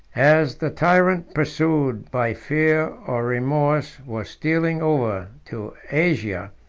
as the tyrant, pursued by fear or remorse, was stealing over to asia,